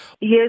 Yes